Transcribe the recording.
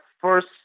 first